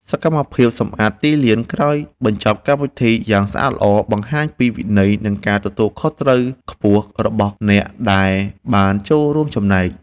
សកម្មភាពសម្អាតទីលានក្រោយបញ្ចប់កម្មវិធីយ៉ាងស្អាតល្អ បង្ហាញពីវិន័យ និងការទទួលខុសត្រូវខ្ពស់របស់អ្នកដែលបានចូលរួមចំណែក។